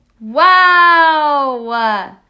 Wow